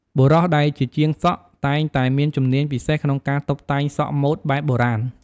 បុរសដែលជាជាងសក់ តែងតែមានជំនាញពិសេសក្នុងការតុបតែងសក់ម៉ូតបែបបុរាណ។